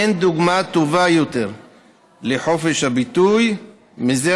אין דוגמה טובה יותר לחופש ביטוי מזה